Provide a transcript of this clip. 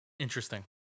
Interesting